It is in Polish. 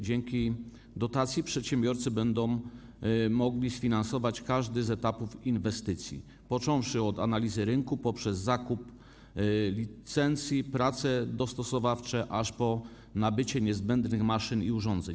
Dzięki dotacji przedsiębiorcy będą mogli sfinansować każdy z etapów inwestycji, począwszy od analizy rynku, poprzez zakup licencji, prace dostosowawcze, aż po nabycie niezbędnych maszyn i urządzeń.